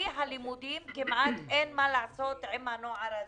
הלימודים כמעט אין מה לעשות עם הנוער הזה.